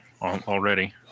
already